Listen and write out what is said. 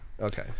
okay